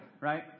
right